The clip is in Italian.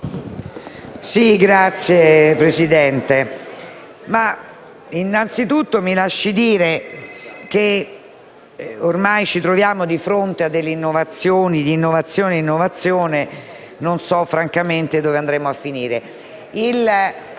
Signor Presidente, mi lasci innanzitutto dire che ormai ci troviamo di fronte a delle innovazioni e, di innovazione in innovazione, non so francamente dove andremo a finire.